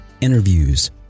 interviews